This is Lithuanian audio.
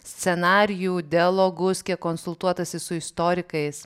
scenarijų dialogus kiek konsultuotasi su istorikais